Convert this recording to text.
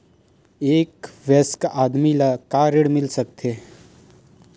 एक वयस्क आदमी ला का ऋण मिल सकथे?